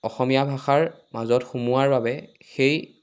অসমীয়া ভাষাৰ মাজত সোমোৱাৰ বাবে সেই